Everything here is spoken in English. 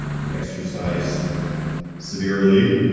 we exercise severely,